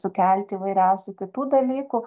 sukelti įvairiausių kitų dalykų